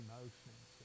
Emotions